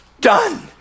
done